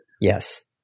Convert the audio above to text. Yes